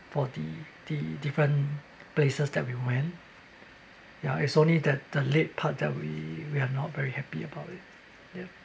for the the different places that we went ya it's only that the late part that we we're not very happy about it ya